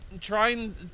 Trying